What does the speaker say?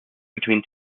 between